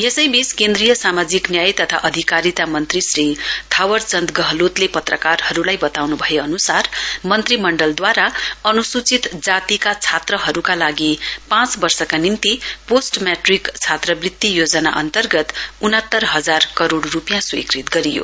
यसैबीच केन्द्रीय सामाजिक न्याय तथा अधिकारिता मन्त्री श्री प्यावरचन्द गहलोतले पत्रकारहरूलाई बताउन् भएअनुसार मन्त्रीमण्डलद्वारा अनुसूचित जतिका छात्रहरूका लागि पाँच वर्षका निम्ति पोस्ट मेट्रिक छात्रवृति योजना अन्तर्गत उनात्तर हजार करोड रुपियाँ स्वीकृत गरियो